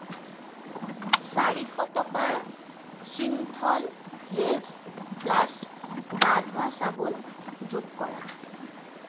চাৰিশ টকাৰ Cinthol health plus গা ধোৱা চাবোন যোগ কৰা